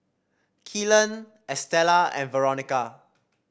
Kellan Estella and Veronica